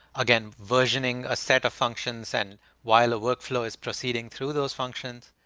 again, versioning a set of functions and while a workflow is proceeding through those functions.